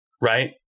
right